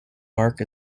mark